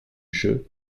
jeu